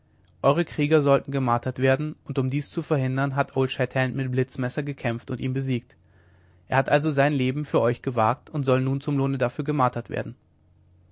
eure krieger sollten gemartert werden und um dies zu verhindern hat old shatterhand mit blitzmesser gekämpft und ihn besiegt er hat also sein leben für euch gewagt und soll nun zum lohne dafür gemartert werden